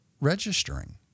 registering